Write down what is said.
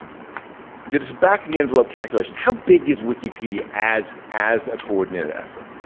did his back-of-the-envelope calculations. how big is wikipedia as as a coordinated effort?